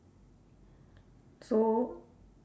so